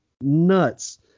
nuts